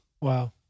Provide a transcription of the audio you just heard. wow